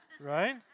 right